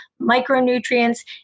micronutrients